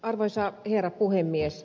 arvoisa herra puhemies